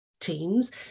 teams